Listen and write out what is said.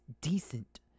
decent